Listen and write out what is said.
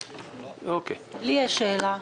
לי יש שאלה.